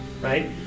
right